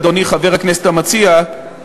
חבר הכנסת המציע,